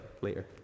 later